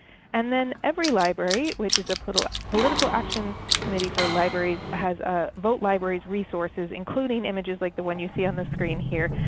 and then everylibrary which is a political political action committee for libraries has ah vote libraries resources, including images like the one you see on the screen here.